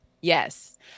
Yes